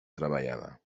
treballada